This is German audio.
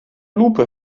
lupe